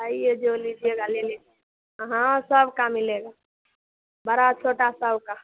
आइए जो लीजिएगा ले लीजिए हाँ सबका मिलेगा बड़ा छोटा सबका